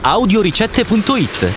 Audioricette.it